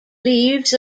leaves